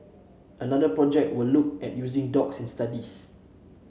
another project will look at using dogs in studies